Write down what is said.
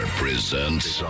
presents